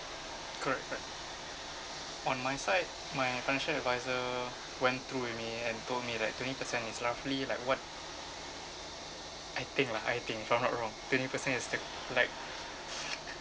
correct correct on my side my financial advisor went through with me and told me that twenty percent is roughly like what I think lah I think if I'm not wrong twenty percent is the like